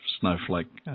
snowflake